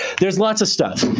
there's lots of stuff.